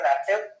active